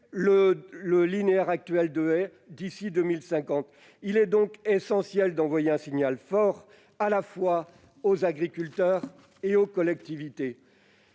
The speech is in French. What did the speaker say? le linéaire actuel de haies d'ici à 2050, il est essentiel d'envoyer un signal fort à la fois aux agriculteurs et aux collectivités.